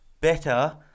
better